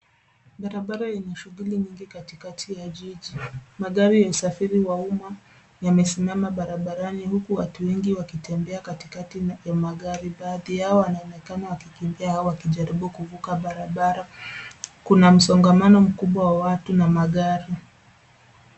Barabara ina shughuli nyingi katikati ya jiji. Magari yanasasiriwa kutoka sehemu moja hadi nyingine barabarani. Kwenye upande huu, watu wengi wanatembea katikati ya magari, baadhi yao wakinong’ona na kuzungumza, huku wengine wakijaribu kuvuka barabara. Kuna msongamano mkubwa wa watu na magari.